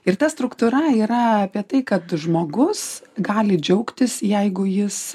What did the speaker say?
ir ta struktūra yra apie tai kad žmogus gali džiaugtis jeigu jis